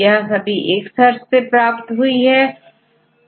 यह सभी एक सर्च से प्राप्त हुई हैं